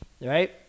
right